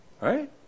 right